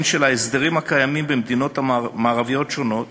הן של ההסדרים הקיימים במדינות מערביות שונות